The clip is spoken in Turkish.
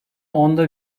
onda